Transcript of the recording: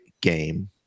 game